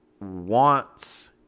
wants